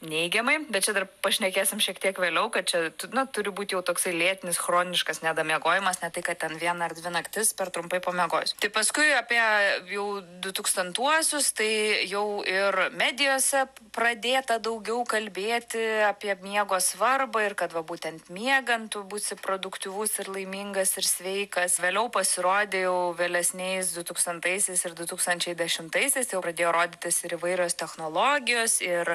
neigiamai bet čia dar pašnekėsim šiek tiek vėliau kad čia tu na turi būt jau toksai lėtinis chroniškas nedamiegojimas ne tai kad ten vieną ar dvi naktis per trumpai pamiegojus tai paskui apie jau du tūkstantuosius tai jau ir medijose p pradėta daugiau kalbėti apie miego svarbą ir kad va būtent miegant tu būsi produktyvus ir laimingas ir sveikas vėliau pasirodė jau vėlesniais du tūkstantaisiais ir du tūkstančiai dešimtaisiais jau pradėjo rodytis ir įvairios technologijos ir